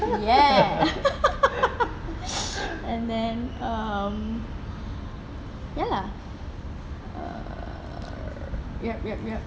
ya and then um ya lah err yup yup yup